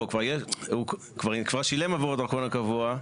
הוא כבר שילם עבור הדרכון הקבוע.